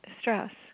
stress